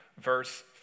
verse